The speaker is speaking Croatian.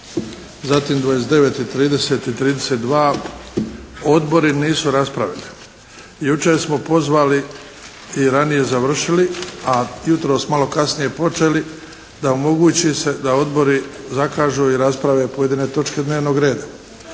zatim 29., 30. i 32. odbori nisu raspravili. Jučer smo pozvali i ranije završili a jutros malo kasnije počeli da omogući se da odbori zakažu i rasprave pojedine točke dnevnog reda.